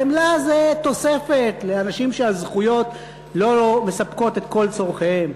חמלה זה תוספת לאנשים שהזכויות לא מספקות את כל צורכיהם.